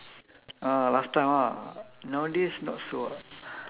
ah last time ah nowadays not so ah